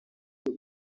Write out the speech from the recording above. iyi